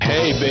Hey